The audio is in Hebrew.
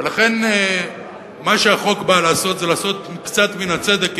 לכן מה שהחוק בא לעשות זה לעשות קצת מן הצדק,